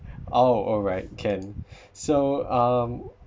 oh alright can so um